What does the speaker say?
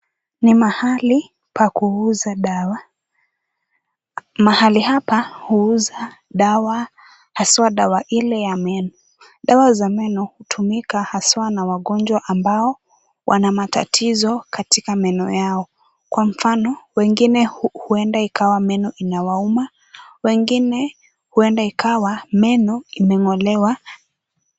Ni mahali pa kuuza dawa. Mahali hapa huuza dawa haswa dawa ile ya meno. Dawa za meno hutumika haswa na wagonjwa ambao wana matatizo katika meno yao. Kwa mfano wengine huenda ikawa meno inawauma, wengine huenda ikawa meno imeng'olewa.